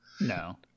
No